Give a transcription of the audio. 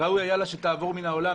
ראוי היה שתעבור מהעולם.